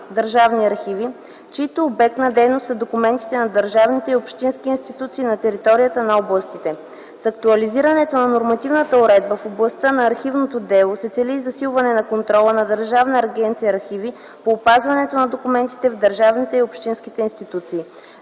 държавни архиви, чийто обект на дейност са документите на държавните и общински институции на територията на областите. С актуализирането на нормативната уредба в областта на архивното дело се цели и засилване на контрола на Държавна агенция "Архиви" по опазването на документите в държавните и общинските институции.